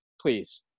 Please